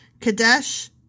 Kadesh